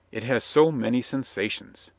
it has so many sensations.